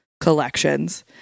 collections